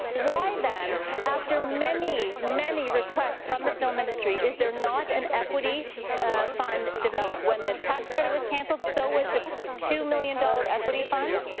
why, then, after many, many questions requests from the film industry is there not an equity fund developed? when the tax credit was cancelled so was the two million dollar equity fund.